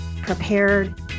prepared